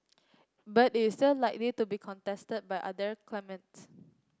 but it's still likely to be contested by other claimants